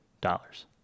dollars